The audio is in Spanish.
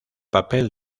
papel